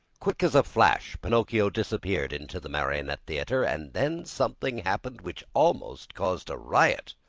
quick as a flash, pinocchio disappeared into the marionette theater. and then something happened which almost caused a riot.